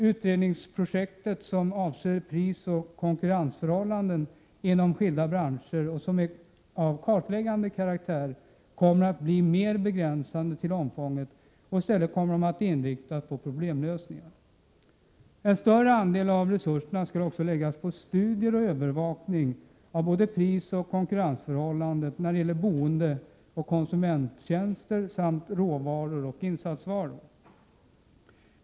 Utredningsprojekt som avser prisoch konkurrensförhållanden inom skilda branscher och som är av kartläggande karaktär kommer att bli mer begränsade till omfånget och i stället inriktas på problemlösningar. En större andel av resurserna skall också läggas på studier och övervakning av både prisoch konkurrensförhållanden när det gäller boende och konsumenttjänster samt råvaror och insatsvaror.